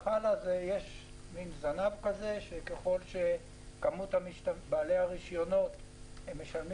יש מן זנב כזה שככל שיש יותר בעלי רישיונות אז כל אחד משלם